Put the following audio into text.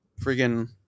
freaking